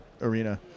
arena